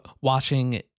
watching